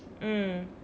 mm